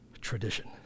Tradition